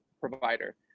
provider